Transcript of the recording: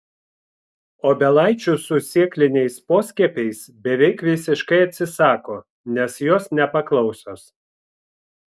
obelaičių su sėkliniais poskiepiais beveik visiškai atsisako nes jos nepaklausios